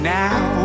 now